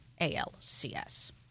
ALCS